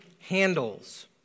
handles